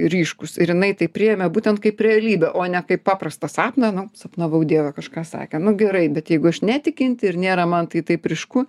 ryškus ir jinai tai priėmė būtent kaip realybę o ne kaip paprastą sapną nu sapnavau dieve kažką sakė nu gerai bet jeigu aš netikinti ir nėra man tai taip ryšku